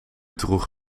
droeg